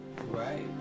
Right